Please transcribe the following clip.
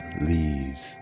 leaves